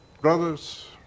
Brothers